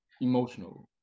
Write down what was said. emotional